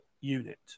unit